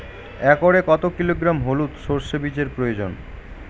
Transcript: একরে কত কিলোগ্রাম হলুদ সরষে বীজের প্রয়োজন?